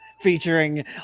featuring